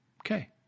Okay